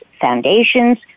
foundations